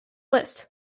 list